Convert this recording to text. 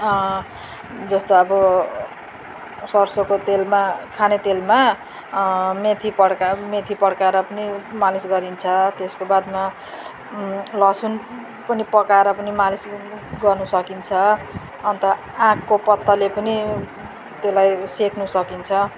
जस्तो अब सरसोको तेलमा खाने तेलमा मेथी पड्का मेथी पड्काएर पनि मालिस गरिन्छ त्यसको बादमा लसुन पनि पकाएर पनि मालिस गर्नु सकिन्छ अन्त आँखको पत्ताले पनि त्यसलाई सेक्नु सकिन्छ